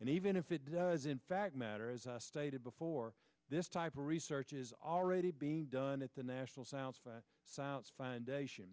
and even if it does in fact matter as i stated before this type of research is already being done at the national science science foundation